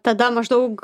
o tada maždaug